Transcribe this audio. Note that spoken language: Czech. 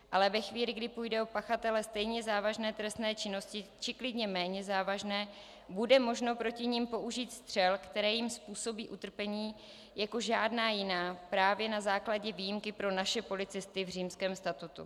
Ale ve chvíli, kdy půjde o pachatele stejně závažné trestné činnosti, či klidně méně závažné, bude možno proti nim použít střel, které jim způsobí utrpení jako žádná jiná, právě na základě výjimky pro naše policisty v Římském statutu.